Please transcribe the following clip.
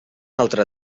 altra